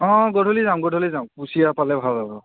অ' গধূলি যাওঁ গধূলি যাওঁ কুছিয়া পালে ভাল হ'ব